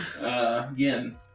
Again